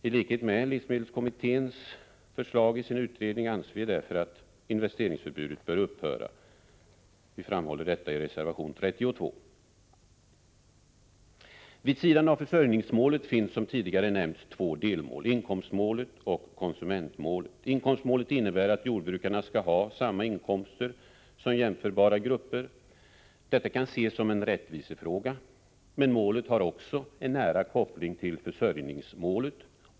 I likhet med livsmedelskommitténs förslag i utredningsbetänkandet anser vi därför att investeringsförbudet bör upphöra. Vi framhåller detta i reservation 32. Vid sidan av försörjningsmålet finns som tidigare nämnts två delmål: inkomstmålet och konsumentmålet. Inkomstmålet innebär att jordbrukarna skall ha samma inkomster som jämförbara grupper. Detta kan ses som en rättvisefråga, men målet har också en nära koppling till försörjningsmålet.